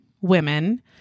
women